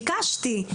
ביקשתי,